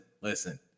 listen